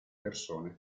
persone